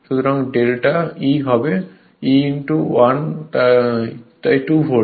সুতরাং delta E হবে 1 2 তাই 2 ভোল্ট